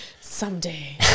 someday